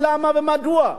למה ומדוע?